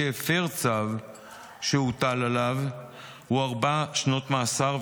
שהפר צו שהוטל עליו הוא ארבע שנות מאסר,